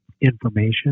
information